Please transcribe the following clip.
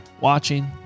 watching